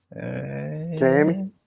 Jamie